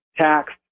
tax